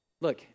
Look